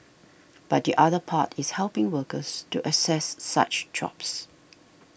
but the other part is helping workers to access such jobs